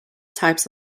types